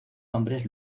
hombres